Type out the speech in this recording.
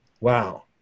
Wow